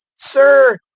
sir,